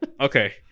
Okay